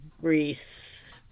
Greece